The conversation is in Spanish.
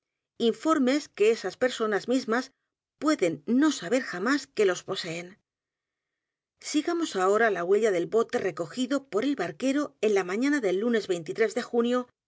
informes que esas personas mismas pueden no saber j a m á s que los poseen sigamos ahora la huella del bote recogido por el barquero en la mañana del lunes de junio